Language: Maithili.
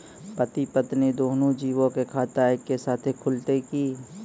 पति पत्नी दुनहु जीबो के खाता एक्के साथै खुलते की?